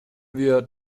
wir